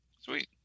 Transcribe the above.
Sweet